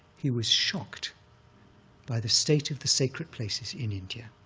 he was shocked by the state of the sacred places in india,